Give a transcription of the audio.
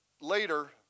later